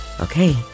Okay